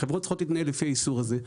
חברות צריכות להתנהל לפי האיסור הזה,